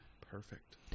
perfect